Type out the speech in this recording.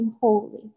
holy